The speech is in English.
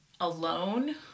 alone